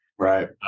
Right